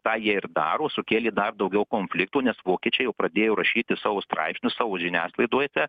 tą jie ir daro sukėlė dar daugiau konfliktų nes vokiečiai jau pradėjo rašyti savo straipsnius žiniasklaidojose